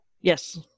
Yes